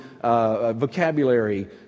vocabulary